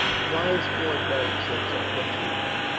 a fine sport, beric said sarcastically.